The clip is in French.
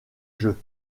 jeu